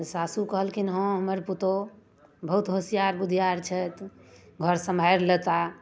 तऽ साउस कहलखिन हँ हमर पुतौहु बहुत होशिआरि बुधिआरि छथि घर सम्हारि लेता